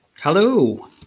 Hello